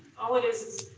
all it is,